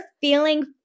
feeling